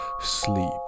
sleep